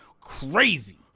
crazy